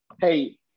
Hey